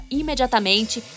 imediatamente